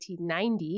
1990